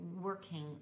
working